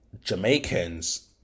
Jamaicans